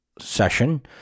session